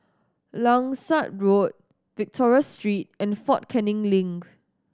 Langsat Road Victoria Street and Fort Canning Link